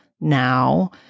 now